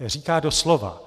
Říká doslova: